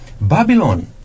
Babylon